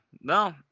No